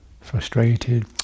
Frustrated